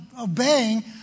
obeying